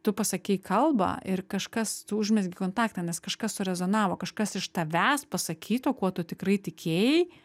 tu pasakei kalbą ir kažkas tu užmezgei kontaktą nes kažkas surezonavo kažkas iš tavęs pasakyto kuo tu tikrai tikėjai